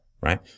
right